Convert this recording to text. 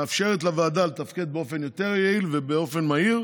מאפשרת לוועדה לתפקד באופן יותר יעיל מהיר,